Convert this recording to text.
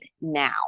now